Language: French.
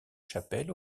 chapelles